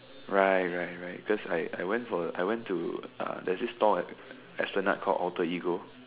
right right right cause I I went for I went to uh there's this stall at Esplanade called Alterego